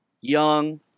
young